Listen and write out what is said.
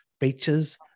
beaches